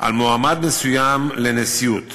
על מועמד מסוים לנשיאות